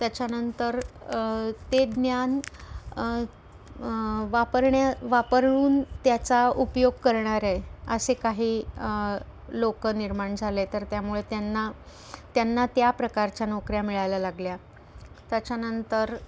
त्याच्यानंतर ते ज्ञान वापरण्या वापरून त्याचा उपयोग करणारे असे काही लोक निर्माण झाले तर त्यामुळे त्यांना त्यांना त्या प्रकारच्या नोकऱ्या मिळायला लागल्या त्याच्यानंतर